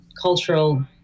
cultural